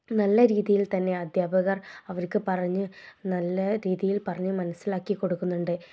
നല്ല രീതിയിൽ തന്നെ അദ്ധ്യാപകർ അവർക്ക് പറഞ്ഞ് നല്ല രീതിയിൽ പറഞ്ഞ് മനസ്സിലാക്കി കൊടുക്കുന്നുണ്ട്